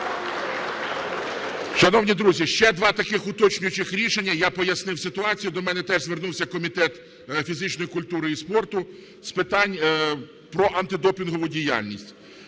Шановні друзі, ще два таких уточнюючих рішення. Я пояснив ситуацію, до мене теж звернувся Комітет фізичної культури і спорту з питань про антидопінгову діяльність.